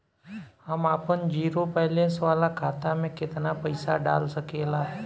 हम आपन zero balance वाला खाता मे केतना पईसा डाल सकेला?